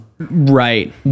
right